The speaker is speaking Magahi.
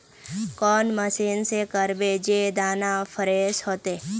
कौन मशीन से करबे जे दाना फ्रेस होते?